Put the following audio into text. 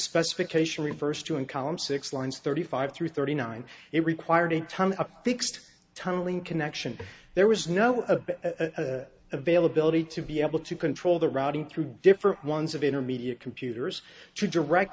specification reversed to in column six lines thirty five through thirty nine it required a ton of fixed tunneling connection there was no availability to be able to control the routing through different ones of intermediate computers to direct